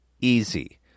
easy